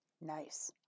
Nice